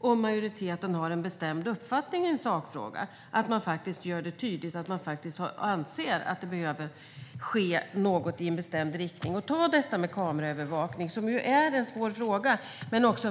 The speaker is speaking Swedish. Om majoriteten har en bestämd uppfattning i en sakfråga tycker jag att det är viktigt att man tydliggör att man anser att det behöver ske något i en bestämd riktning. Ta detta med kameraövervakning som ju är en svår och